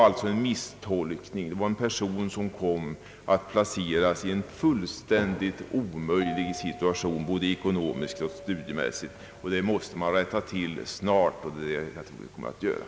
Denna person kom alltså att placeras i en fullständigt omöjlig situation, både ekonomiskt och studiemässigt. Dessa förhållanden måste man rätta till snart, och det tror jag att vi kommer att göra.